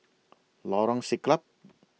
Lorong Siglap